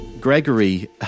Gregory